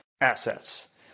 assets